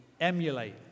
emulate